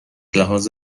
لحاظ